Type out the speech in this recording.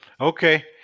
Okay